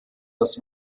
das